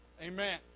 Amen